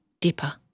Dipper